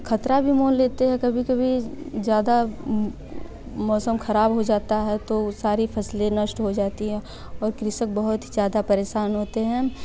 खतरा भी मोल लेते हैं कभी कभी ज़्यादा मौसम खराब हो जाता है तो सारी फ़सलें नष्ट हो जाती हैं और कृषक बहुत ही ज़्यादा परेशान होते हैं